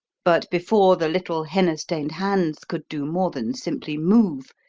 but before the little henna-stained hands could do more than simply move,